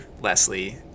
Leslie